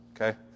Okay